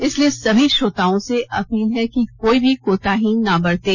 इसलिए सभी श्रोताओं से अपील है कि कोई भी कोताही ना बरतें